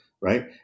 right